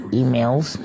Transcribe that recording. emails